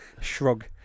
Shrug